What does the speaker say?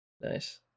nice